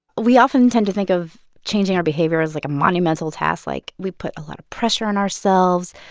we often tend to think of changing our behavior as, like, a monumental task. like, we put a lot of pressure on ourselves.